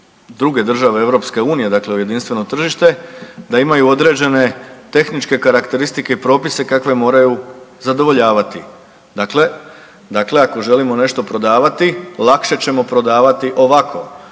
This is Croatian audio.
druge države EU dakle u jedinstveno tržište da imaju određene tehničke karakteristike i propise kakve moraju zadovoljavati. Dakle, dakle ako želimo nešto prodavati lakše ćemo prodavati ovako,